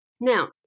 Now